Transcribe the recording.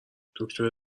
دکتره